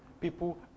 People